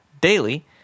daily